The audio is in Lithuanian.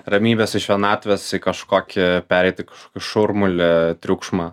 ramybės iš vienatvės į kažkokį pereiti kažkokį šurmulį triukšmą